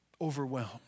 overwhelmed